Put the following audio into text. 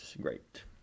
great